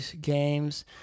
games